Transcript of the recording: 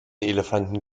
elefanten